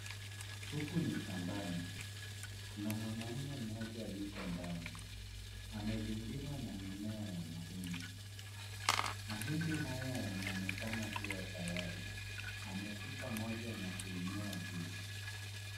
Huku ni shambani. Kuna mwanaume mmoja yuko ndani. Amezingirwa na mimea ya mahindi. Mahindi haya yanaonekana kuwa tayari. Ameshika moja na kuinua juu.